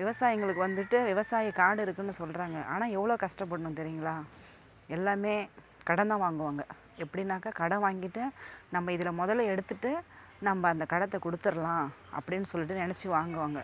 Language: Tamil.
விவசாயிங்களுக்கு வந்துட்டு விவசாய காடு இருக்குதுன்னு சொல்கிறாங்க ஆனால் எவ்வளோ கஷ்டப்படணும் தெரியுங்களா எல்லாமே கடன்தான் வாங்குவாங்க எப்படினாக்க கடன் வாங்கிட்டு நம்ம இதில் முதல எடுத்துட்டு நம்ம அந்த கடத்த கொடுத்துர்லாம் அப்படின் சொல்லிட்டு நினச்சி வாங்குவாங்க